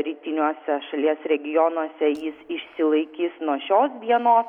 rytiniuose šalies regionuose jis išsilaikys nuo šios dienos